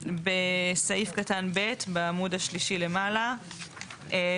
סעיף קטן (ב) בעמוד השלישי למעלה זה